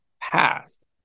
past